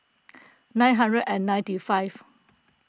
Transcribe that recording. nine hundred and ninety five